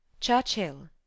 Churchill